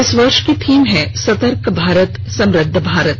इस वर्ष की थीम है सतर्क भारत समृद्ध भारत